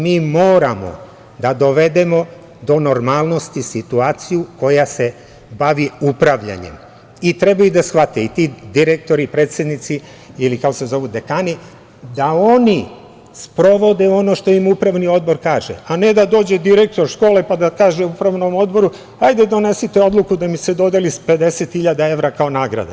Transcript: Mi moramo da dovedemo do normalnosti situaciju koja se bavi upravljanjem i treba da shvate i ti direktori, predsednici ili, kako se zovu, dekani da sprovode ono što im Upravni odbor kaže, a ne da dođe direktor škole, pa da kaže Upravnom odboru – hajde, donesite odluku da nam se dodeli 50 hiljada evra kao nagrada.